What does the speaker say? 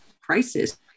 crisis